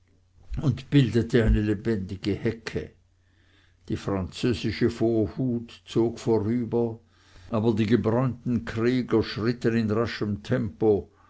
und bildete eine lebendige hecke die französische vorhut zog vorüber aber die gebräunten krieger schritten in raschem tempo